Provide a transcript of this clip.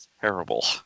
terrible